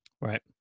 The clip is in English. Right